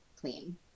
clean